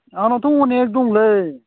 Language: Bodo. आंनावथ' अनेख दंलै